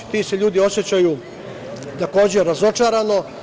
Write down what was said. Ti se ljudi osećaju takođe razočarano.